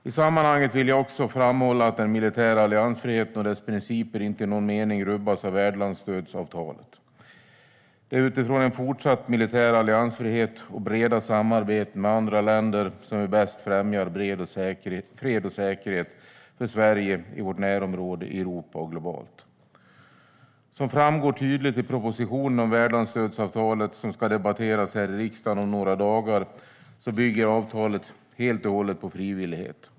I sammanhanget vill jag också framhålla att den militära alliansfriheten och dess principer inte i någon mening rubbas av värdlandsstödsavtalet. Det är utifrån en fortsatt militär alliansfrihet och breda samarbeten med andra länder som vi bäst främjar fred och säkerhet för Sverige, i vårt närområde, i Europa och globalt. Som framgår tydligt i propositionen om värdlandsstödsavtalet, som ska debatteras här i riksdagen om några dagar, bygger avtalet helt och hållet på frivillighet.